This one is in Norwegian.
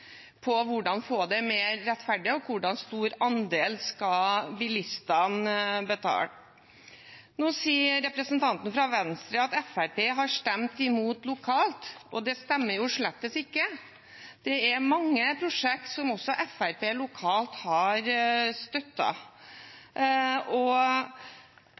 rettferdig, og hvor stor andel bilistene skal betale. Nå sier representanten fra Venstre at Fremskrittspartiet har stemt imot lokalt. Det stemmer slett ikke. Det er mange prosjekter som også Fremskrittspartiet lokalt har støttet. Når en snakker om at Nye Veier får ned prisen, eller kostnadene ved veibygging, og